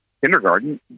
kindergarten